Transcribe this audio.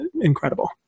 incredible